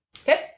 Okay